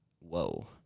whoa